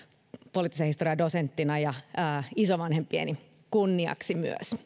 poliittisen historian dosenttina ja myös isovanhempieni kunniaksi